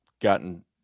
gotten